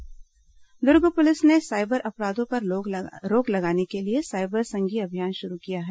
cyber संगी अभियान Durg police ने साइबर अपराधों पर रोक लगाने के लिए साइबर संगी अभियान शुरू किया है